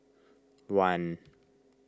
one